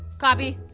copy.